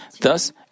Thus